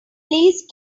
least